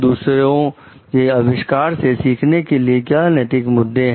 दूसरों के आविष्कारों से सीखने के लिए क्या नैतिक मुद्दे हैं